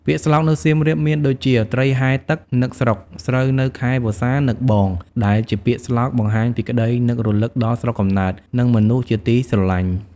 ពាក្យស្លោកនៅសៀមរាបមានដូចជា "ត្រីហែលទឹក នឹកស្រុក ស្រូវនៅខែវស្សា នឹកបង" ដែលជាពាក្យស្លោកបង្ហាញពីក្តីនឹករលឹកដល់ស្រុកកំណើត និងមនុស្សជាទីស្រលាញ់។